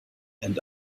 and